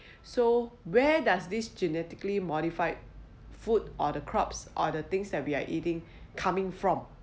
so where does this genetically modified food or the crops or things that we are eating coming from